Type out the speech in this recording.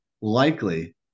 likely